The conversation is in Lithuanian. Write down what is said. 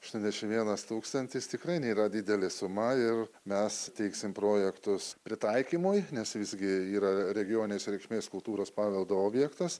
aštuoniasdešim vienas tūkstantis tikrai nėra didelė suma ir mes teiksim projektus pritaikymui nes visgi yra regioninės reikšmės kultūros paveldo objektas